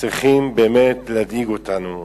צריכים באמת להדאיג אותנו.